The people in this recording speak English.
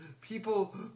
people